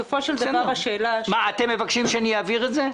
אתם מבקשים שאני אעביר את זה?